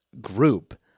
group